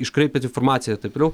iškraipėt informaciją ir taip toliau